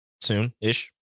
soon-ish